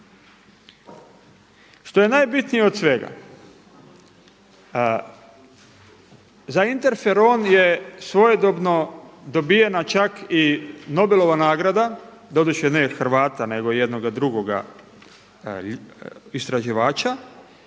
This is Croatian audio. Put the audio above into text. Što je najbitnije od svega za interferon je svojedobno dobijena čak i Nobelova nagrada, doduše ne Hrvata nego jednoga drugoga istraživača.